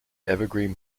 evergreen